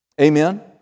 Amen